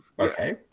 Okay